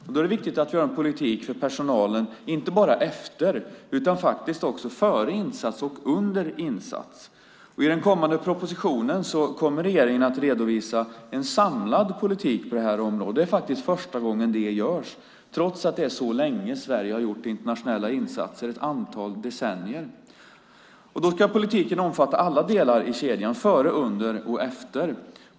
Då är det viktigt att vi har en politik för personalen inte bara efter utan faktiskt också före och under insatsen. I den kommande propositionen kommer regeringen att redovisa en samlad politik på detta område. Det är faktiskt första gången det görs, trots att Sverige så länge - det är ett antal decennier - har gjort internationella insatser. Politiken ska omfatta alla delar av kedjan - före, under och efter.